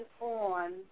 on